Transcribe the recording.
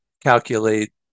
calculate